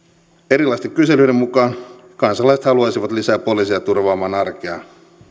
erilaisten kyselyiden mukaan kansalaiset haluaisivat lisää poliiseja turvaamaan arkeaan